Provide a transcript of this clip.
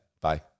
Bye